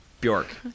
Bjork